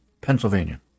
Pennsylvania